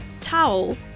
Towel